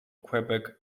quebec